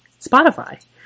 Spotify